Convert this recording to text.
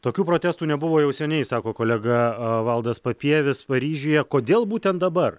tokių protestų nebuvo jau seniai sako kolega valdas papievis paryžiuje kodėl būtent dabar